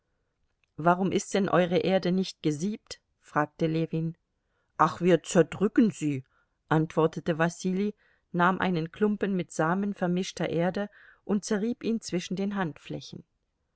warum ist denn euere erde nicht gesiebt fragte ljewin ach wir zerdrücken sie antwortete wasili nahm einen klumpen mit samen vermischter erde und zerrieb ihn zwischen den handflächen